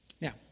Now